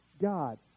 God